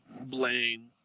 Blaine